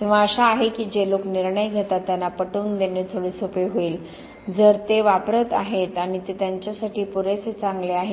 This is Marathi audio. तेव्हा आशा आहे की जे लोक निर्णय घेतात त्यांना पटवून देणे थोडे सोपे होईल जर ते ते वापरत आहेत आणि ते त्यांच्यासाठी पुरेसे चांगले आहे